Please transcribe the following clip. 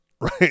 right